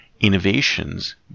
innovations